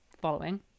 following